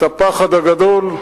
את הפחד הגדול,